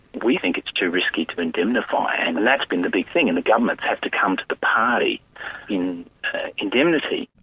we think it's too risky to indemnify. and and and that's been the big thing, and the governments have to come to the party in indemnity.